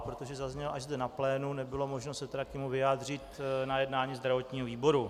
Protože zazněl až zde na plénu, nebylo možno se k němu vyjádřit na jednání zdravotního výboru.